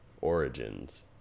Origins